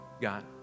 God